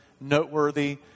noteworthy